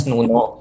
Nuno